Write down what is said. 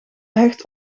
hecht